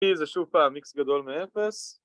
e זה שוב פעם x גדול מאפס